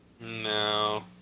No